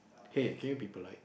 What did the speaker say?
okay can you be polite